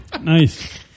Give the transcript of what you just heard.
Nice